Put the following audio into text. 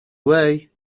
way